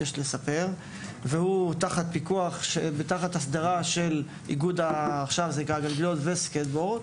ונמצא היום תחת הסדרה של איגוד הגלגיליות והסקטבורד,